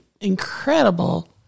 incredible